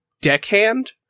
deckhand